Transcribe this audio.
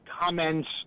comments